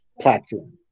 platform